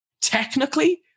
Technically